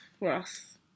Ross